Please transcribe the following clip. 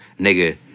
nigga